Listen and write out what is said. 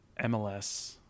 MLS